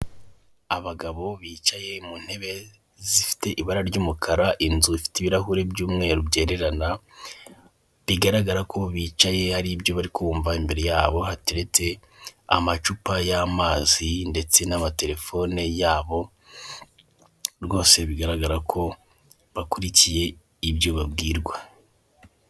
Abagabo bicaye mu ntebe zifite ibara ry'umukara, inzu ifite ibirahure by'umweru byererana. Bigaragara ko bicaye hari ibyo bari kumva; imbere yabo hateretse amacupa y'amazi ndetse n'amaterefone yabo, rwose bigaragara ko bakurikiye ibyo babwirwa.